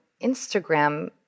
Instagram